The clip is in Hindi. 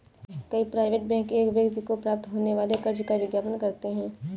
कई प्राइवेट बैंक एक व्यक्ति को प्राप्त होने वाले कर्ज का विज्ञापन करते हैं